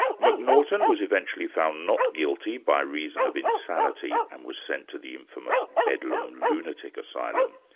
but m'naghten was eventually found not guilty by reason of insanity and was sent to the infamous bedlam lunatic asylum.